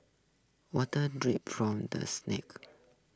water drips from the snacks